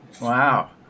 Wow